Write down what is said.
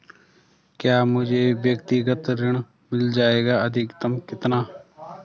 क्या मुझे व्यक्तिगत ऋण मिल जायेगा अधिकतम कितना?